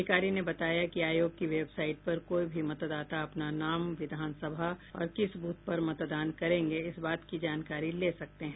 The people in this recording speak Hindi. अधिकारी ने कहा कि आयोग की वेबसाईट पर कोई भी मतदाता अपना नाम विधानसभा और किस बूथ पर मतदान करेंगे इस बात की जानकारी ले सकेत है